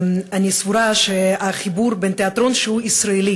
אני סבורה שהחיבור בין תיאטרון שהוא ישראלי